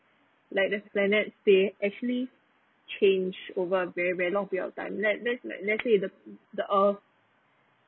like the planets they actually change over a very very long period of time let let's like let's say the the uh